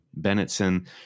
Bennetson